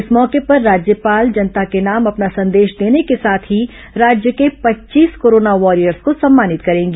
इस मौके पर राज्यपाल जनता के नाम अपना संदेश देने के साथ ही राज्य के पच्चीस कोरोना वॉरियर्स को सम्मानित करेंगी